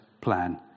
plan